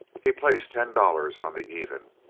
he placed ten dollars on the even.